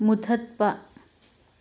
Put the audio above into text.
ꯃꯨꯊꯠꯄ